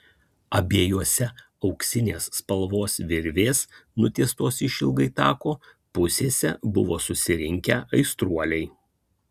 abiejose auksinės spalvos virvės nutiestos išilgai tako pusėse buvo susirinkę aistruoliai